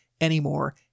anymore